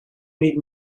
need